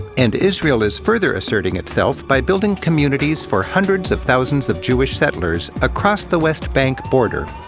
and israel is further asserting itself by building communities for hundreds of thousands of jewish settlers across the west bank border,